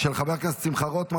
של חבר הכנסת שמחה רוטמן,